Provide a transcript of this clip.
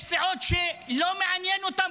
יש סיעות שהחטופים לא מעניינים אותן.